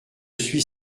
suis